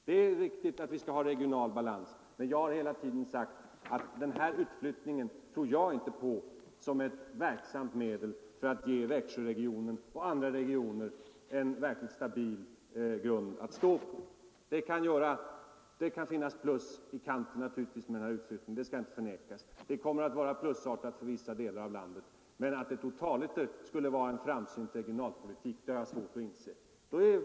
Det är riktigt att vi skall ha regional balans, men jag har hela tiden sagt att jag inte tror på den här utflyttningen som ett verksamt medel för att ge Växjöregionen och andra regioner en verkligt stabil grund att stå på. Utflyttningen kan innebära plus i kanten för vissa delar av landet, det skall inte förnekas. Men att detta totaliter skulle vara en framsynt regionalpolitik har jag svårt att inse.